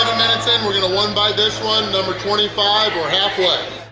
minutes in, we're gonna one bite this one number twenty five or halfway!